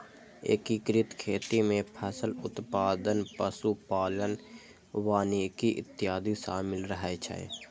एकीकृत खेती मे फसल उत्पादन, पशु पालन, वानिकी इत्यादि शामिल रहै छै